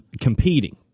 competing